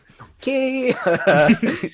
Okay